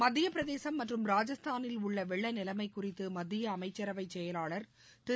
மத்தியப்பிரதேசும் மற்றும் ராஜஸ்தானில் உள்ள வெள்ள நிலைமை குறித்து மத்திய அமைச்சரவை செயலாளர் திரு